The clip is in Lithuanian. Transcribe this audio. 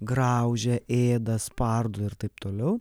graužia ėda spardo ir taip toliau